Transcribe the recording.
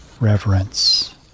reverence